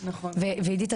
ועדית,